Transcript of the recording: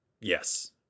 Yes